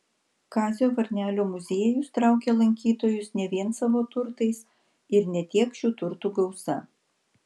kazio varnelio muziejus traukia lankytojus ne vien savo turtais ir ne tiek šių turtų gausa